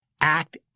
act